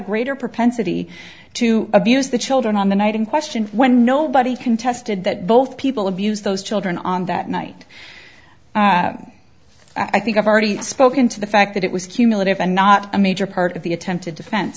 greater propensity to abuse the children on the night in question when nobody contested that both people abuse those children on that night i think i've already spoken to the fact that it was cumulative and not a major part of the attempted defense